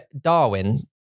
Darwin